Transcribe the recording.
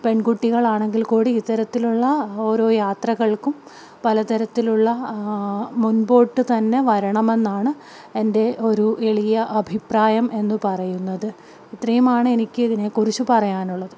പെൺകുട്ടികളാണെങ്കിൽ കൂടി ഇത്തരത്തിലുള്ള ഓരോ യാത്രകൾക്കും പലതരത്തിലുള്ള മുൻപോട്ട് തന്നെ വരണമെന്നാണ് എൻ്റെ ഒരു എളിയ അഭിപ്രായം എന്ന് പറയുന്നത് ഇത്രയുമാണ് എനിക്ക് ഇതിനെക്കുറിച്ച് പറയാനുള്ളത്